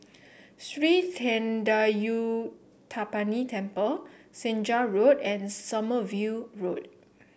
Sri Thendayuthapani Temple Senja Road and Sommerville Road